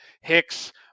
Hicks